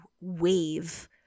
wave